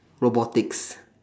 robotics